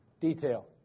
Detail